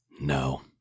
No